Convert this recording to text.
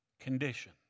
condition